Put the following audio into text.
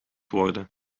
worden